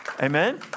Amen